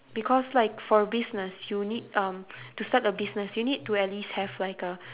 because like for business you need um to start a business you need to at least have like a